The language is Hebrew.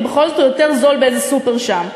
בכל זאת הוא יותר זול באיזה סופר שם.